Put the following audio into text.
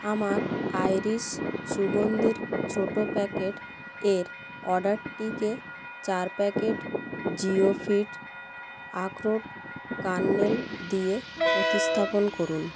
আমার আইরিস সুগন্ধির ছোটো প্যাকেট এর অর্ডারটিকে চার প্যাকেট জিওফিট আখরোট কার্নেল দিয়ে প্রতিস্থাপন করুন